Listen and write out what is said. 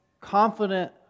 confident